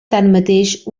tanmateix